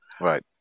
Right